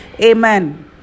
Amen